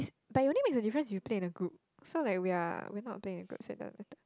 but it only makes a difference if you play in a group so like we are we are not playing in a group so it doesn't matter